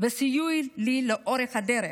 וסייעו לי לאורך הדרך.